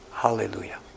Hallelujah